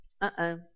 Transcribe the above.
Uh-oh